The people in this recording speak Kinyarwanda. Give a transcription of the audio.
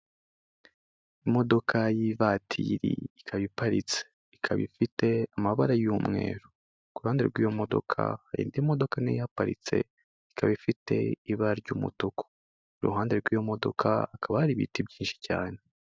Imodoka y'ivatiri, ikaba iparitse. Ikaba ifite amabara y'umweru. Ku ruhande rw'iyo modoka, hari indi modoka na yo ihaparitse, ikaba ifite ibara ry'umutuku. Iruhande rw'iyo modoka hakaba hari ibiti byinshi cyane.